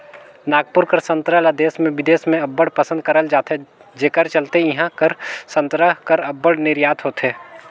नागपुर कर संतरा ल देस में बिदेस में अब्बड़ पसंद करल जाथे जेकर चलते इहां कर संतरा कर अब्बड़ निरयात होथे